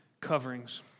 coverings